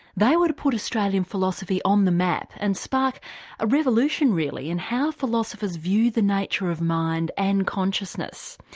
they were to put australian philosophy on um the map and spark a revolution really in how philosophers view the nature of mind and consciousness.